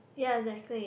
ya exactly